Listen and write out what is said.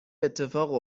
اتفاق